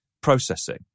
processing